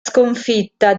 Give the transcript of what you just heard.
sconfitta